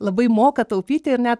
labai moka taupyti ir net